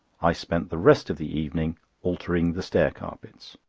i spent the rest of the evening altering the stair-carpets,